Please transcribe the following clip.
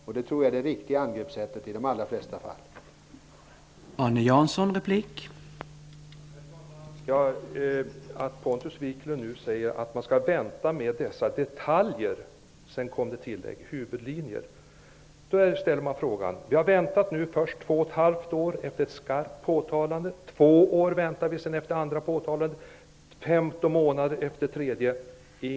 Jag tror att det är det i de allra flesta fall riktiga angreppssättet.